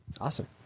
Awesome